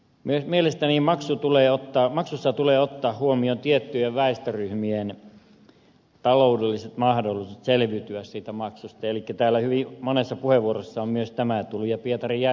myös mielestäni maksussa tulee ottaa huomioon tiettyjen väestöryhmien taloudelliset mahdollisuudet selviytyä siitä maksusta elikkä täällä hyvin monessa puheenvuorossa on myös tämä tullut